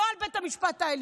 לא על בית המשפט העליון,